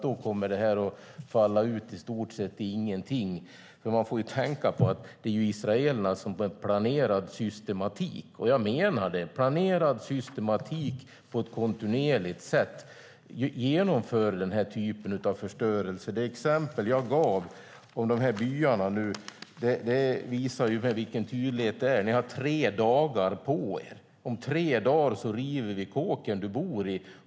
Då kommer det att falla ut i stort sett i ingenting. Man får ju tänka på att det är israelerna som med planerad systematik, och jag menar det, med planerad systematik, på ett kontinuerligt sätt genomför den här typen av förstörelse. Det exempel jag gav från de båda byarna visar ju på tydligheten: Ni har tre dagar på er. Om tre dagar river vi kåken du bor i.